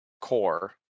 core